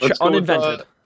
uninvented